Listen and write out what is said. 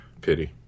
pity